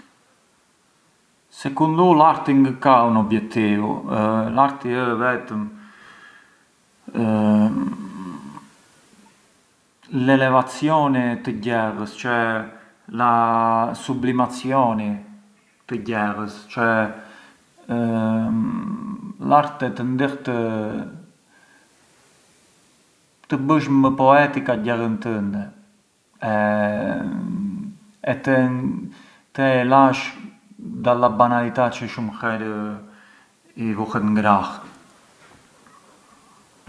Secundu u l’arti ngë ka un obiettivu, l’arti ë vetëm l’elevazioni të gjellës, cioè na sublimazioni të gjellës, cioè l’arte të ndih të bësh më poetika gjellën tënde e… e të e lash ka la banalità çë shumë herë të vuhet ngrah.